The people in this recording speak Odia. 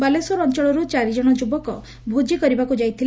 ବାଲେଶ୍ୱର ଅଞ୍ଚଳରୁ ଚାରି ଜଶ ଯୁବକ ଭୋଜି କରିବାକୁ ଯାଇଥିଲେ